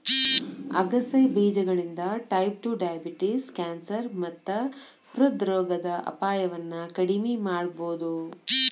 ಆಗಸೆ ಬೇಜಗಳಿಂದ type two diabetes, cancer ಮತ್ತ ಹೃದ್ರೋಗದ ಅಪಾಯವನ್ನ ಕಡಿಮಿ ಮಾಡಬೋದು